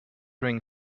ring